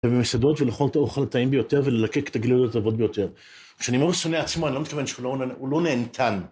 ובמסעדות ולאכול את האוכל הטעים ביותר וללקק את הגלילות הטובות ביותר. כשאני אומר שאני שונא עצמו, אני לא מתכוון שהוא לא נהנתן.